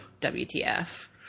WTF